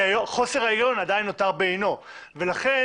חוסר ההיגיון עדיין נותר בעינו ולכן